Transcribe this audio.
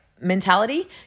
mentality